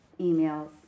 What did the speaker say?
emails